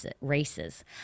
races